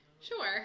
Sure